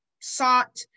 sought